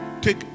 take